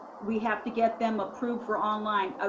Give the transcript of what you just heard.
we have to get them approved for online. ah